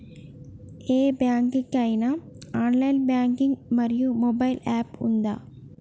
ఏ bank కి ఐనా online banking మరియు మొబైల్ యాప్ ఉందా?